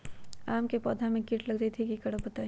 आम क पौधा म कीट लग जई त की करब बताई?